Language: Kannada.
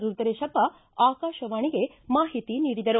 ರುದ್ರೇಶಪ್ಪ ಆಕಾಶವಾಣಿಗೆ ಮಾಹಿತಿ ನೀಡಿದರು